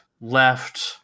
left